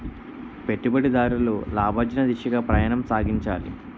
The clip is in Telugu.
పెట్టుబడిదారులు లాభార్జన దిశగా ప్రయాణం సాగించాలి